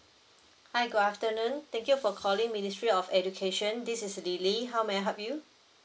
hi good afternoon thank you for calling ministry of education this is lily how may I help you